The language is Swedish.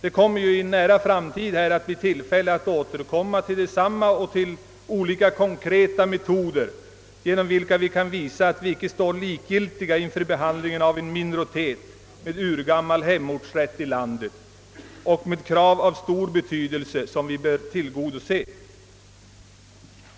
I en nära framtid blir det tillfälle att återkomma till problemet och till olika konkreta metoder genom vilka vi kan visa att vi inte står likgiltiga inför behandlingen av en minoritet med urgammal hemortsrätt i landet och med krav av stor betydelse, som vi bör tillgodose.